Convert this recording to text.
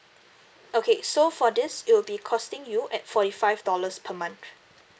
okay so for this it will be costing you at forty five dollars per month